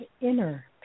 inner